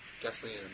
Gasoline